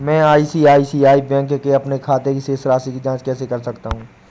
मैं ICICI bank के अपने खाते की शेष राशि की जाँच कैसे कर सकता हूँ?